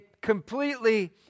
completely